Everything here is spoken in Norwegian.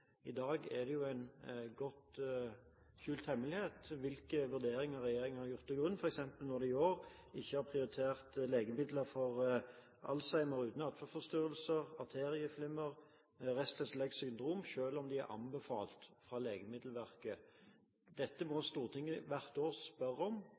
I dag er det en godt skjult hemmelighet hvilke vurderinger regjeringen har lagt til grunn når den i år f.eks. ikke har prioritert legemidler mot Alzheimer uten atferdsforstyrrelser, atrieflimmer, Restless Legs-syndrom, selv om de er anbefalt av Legemiddelverket. Dette må Stortinget hvert år spørre om,